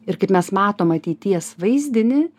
ir kaip mes matom ateities vaizdinį